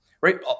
Right